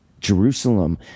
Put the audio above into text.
Jerusalem